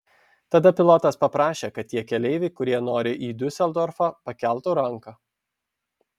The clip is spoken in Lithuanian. tada pilotas paprašė kad tie keleiviai kurie nori į diuseldorfą pakeltų ranką